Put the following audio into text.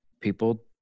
people